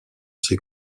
ses